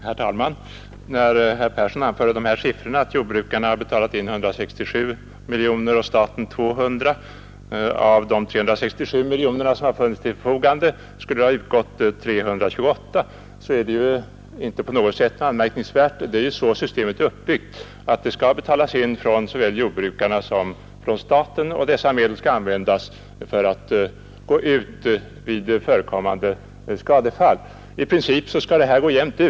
Herr talman! Med anledning av att herr Persson i Skänninge anförde de här siffrorna att jordbrukarna har betalat in 167 miljoner och staten 200 miljoner av de 367 miljoner som stått till förfogande och att därav skulle ha utgått 328 miljoner vill jag säga att det inte är på något sätt anmärkningsvärt. Systemet är ju uppbyggt så att det skall betalas in från såväl jordbrukarna som staten och att dessa medel skall användas för att utgå i förekommande skadefall. I princip skall det här gå jämnt ut.